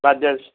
Bajaj